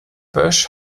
bösch